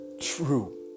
true